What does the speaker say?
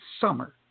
summer